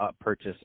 purchase